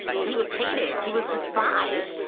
he was hated. he was despised.